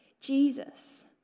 Jesus